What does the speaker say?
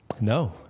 No